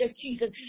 Jesus